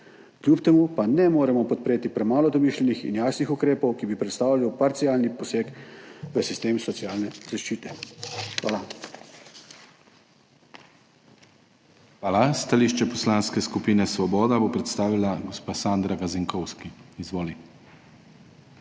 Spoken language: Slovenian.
kljub temu pa ne moremo podpreti premalo domišljenih in jasnih ukrepov, ki bi predstavljali parcialni poseg v sistem socialne zaščite. Hvala. PODPREDSEDNIK DANIJEL KRIVEC: Hvala. Stališče Poslanske skupine Svoboda bo predstavila gospa Sandra Gazinkovski. Izvoli.